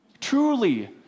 Truly